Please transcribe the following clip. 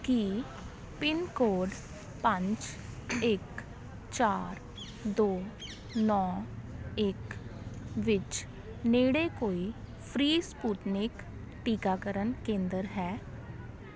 ਕੀ pin code ਪੰਜ ਇੱਕ ਚਾਰ ਦੋ ਨੌ ਇੱਕ ਵਿੱਚ ਨੇੜੇ ਕੋਈ ਫ੍ਰੀ ਸਪੁਟਨਿਕ ਟੀਕਾਕਰਨ ਕੇਂਦਰ ਹੈ